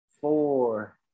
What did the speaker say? four